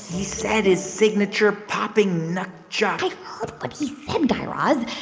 he said his signature popping knuckchuck. i heard what he said, guy raz